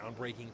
groundbreaking